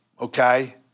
okay